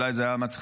אולי זה היה מצחיק,